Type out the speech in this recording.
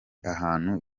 ahantu